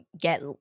get